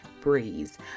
breeze